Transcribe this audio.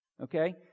Okay